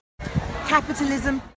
Capitalism